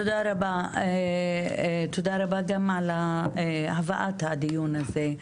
תודה רבה על הבאת הדיון הזה.